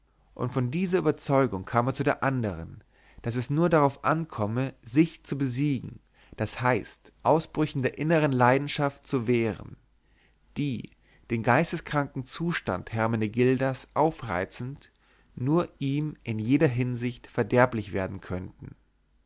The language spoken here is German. und von dieser überzeugung kam er zu der andern daß es nur darauf ankomme sich zu besiegen das heißt ausbrüchen der innern leidenschaft zu wehren die den geisteskranken zustand hermenegildas aufreizend nur ihm in jeder hinsicht verderblich werden könnten